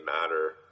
matter